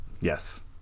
yes